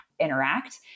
interact